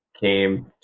came